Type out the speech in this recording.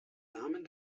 namen